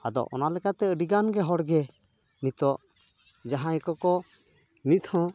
ᱟᱫᱚ ᱚᱱᱟ ᱞᱮᱠᱟᱛᱮ ᱟᱹᱰᱤᱜᱟᱱ ᱦᱚᱲᱜᱮ ᱱᱤᱛᱚᱜ ᱡᱟᱦᱟᱸᱭ ᱠᱚᱠᱚ ᱱᱤᱛᱦᱚᱸ